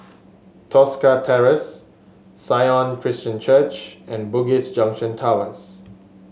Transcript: Tosca Terrace Sion Christian Church and Bugis Junction Towers